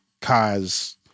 cause